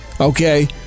okay